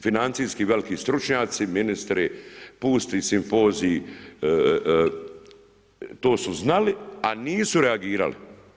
Financijski veliki stručnjaci, ministri, pusti simpoziji, to su znali a nisu reagirali.